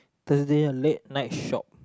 the late night shop